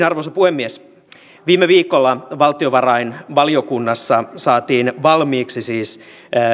arvoisa puhemies viime viikolla valtiovarainvaliokunnassa saatiin valmiiksi siis